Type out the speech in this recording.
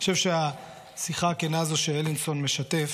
אני חושב שהשיחה הכנה הזו שאלינסון משתף